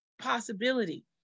possibility